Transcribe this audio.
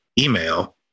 email